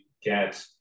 get